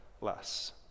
less